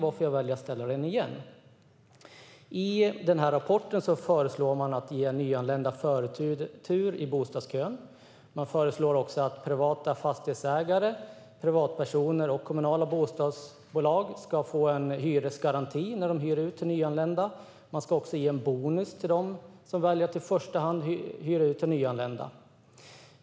Därför väljer jag att ställa den igen. I rapporten föreslår man att nyanlända ska ges förtur i bostadskön. Man föreslår också att privata fastighetsägare, privatpersoner och kommunala bostadsbolag ska få en hyresgaranti när de hyr ut till nyanlända. Man ska också ge en bonus till dem som väljer att i första hand hyra ut till nyanlända.